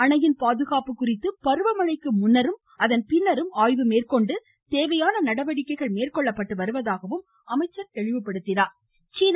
அணையின் பாதுகாப்பு குறித்து பருவமழைக்கு முன்பும் அதன் பின்பும் ஆய்வு மேற்கொண்டு தேவையான நடவடிக்கைகள் மேற்கொள்ளப்பட்டு வருவதாகவும் திரு